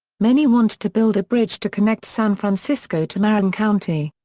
many wanted to build a bridge to connect san francisco to marin county.